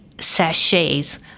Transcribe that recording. sachets